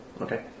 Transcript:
Okay